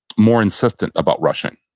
more insistent about rushing,